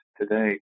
today